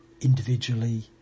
individually